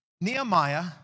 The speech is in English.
Nehemiah